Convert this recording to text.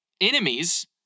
enemies